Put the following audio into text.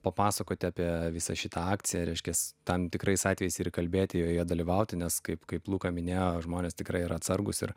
papasakoti apie visą šitą akciją reiškiasi tam tikrais atvejais ir kalbėti joje dalyvauti nes kaip kaip luką minia žmonės tikrai yra atsargūs ir